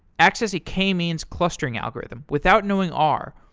access a k-means clustering algorithm without knowing r,